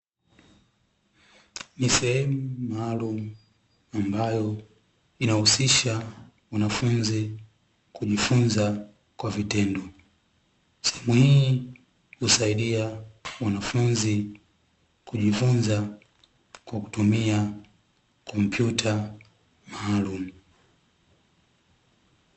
Ni sehemu maalumu ambayo inahusisha wanafunzi kujifunza kwa vitendo, sehemu hii husaidia mwanafunzi kujifunza kwa kutumia kompyuta maalumu.